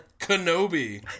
Kenobi